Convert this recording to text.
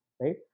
right